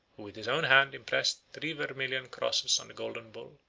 who with his own hand impressed three vermilion crosses on the golden bull,